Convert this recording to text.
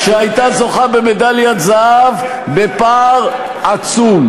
שהייתה זוכה במדליית זהב בפער עצום.